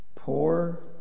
Poor